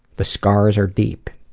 the scars are deep.